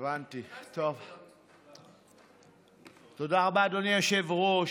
תודה רבה, אדוני היושב-ראש.